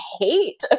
hate